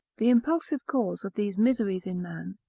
the impulsive cause of these miseries in man,